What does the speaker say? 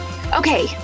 Okay